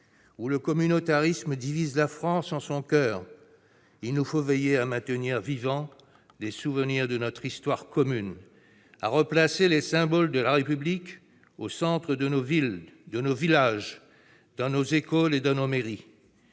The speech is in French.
où le communautarisme divise la France en son coeur, il nous faut veiller à maintenir vivants les souvenirs de notre histoire commune, à replacer les symboles de la République au centre de nos villes, de nos villages, dans nos écoles et nos mairies.